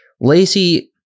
Lacey